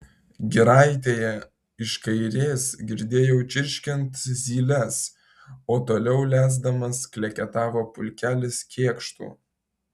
giraitėje iš kairės girdėjau čirškiant zyles o toliau lesdamas kleketavo pulkelis kėkštų